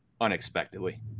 unexpectedly